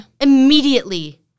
immediately